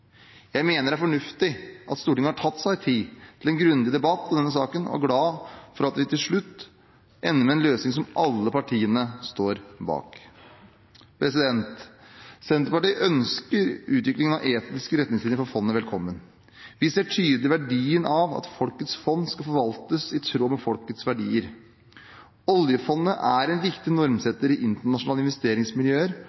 Jeg mener det er fornuftig at Stortinget har tatt seg tid til en grundig debatt i denne saken, og er glad for at vi til slutt ender med en løsning som alle partiene står bak. Senterpartiet ønsker utvikling av etiske retningslinjer for fondet velkommen. Vi ser tydelig verdien av at folkets fond skal forvaltes i tråd med folkets verdier. Oljefondet er en viktig normsetter i internasjonale investeringsmiljøer,